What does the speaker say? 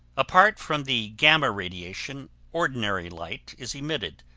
apart from the gamma radiation ordinary light is emitted,